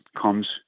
comes